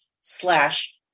slash